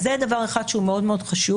זהו דבר אחד שהוא מאוד חשוב.